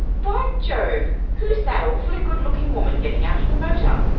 by jove! who's that awfully good-looking woman getting out of the motor?